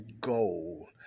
goal